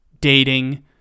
dating